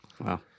Wow